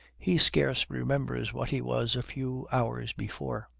he scarce remembers what he was a few hours before.